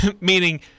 Meaning